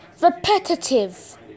repetitive